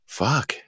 fuck